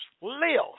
live